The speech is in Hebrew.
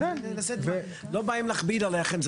לא באים להכביד עליכם.